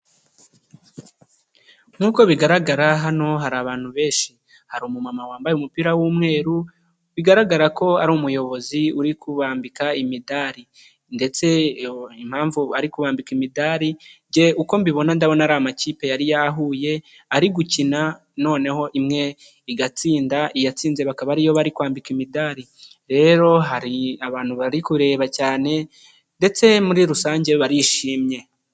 Nkuko bigaragara hano hari abantu benshi, hari umumama wambaye umupira w'umweru bigaragara ko ari umuyobozi uri kubambika imidari ndetse ari kubambika imidari, uko mbibona ndabona ari amakipe yari yahuye ari gukina noneho imwe igatsinda iyatsinze bakaba ariyo bari kwambika imidari, rero hari abantu bari kureba cyane ndetse muri rusange barishimye.